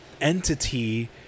entity